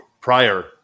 prior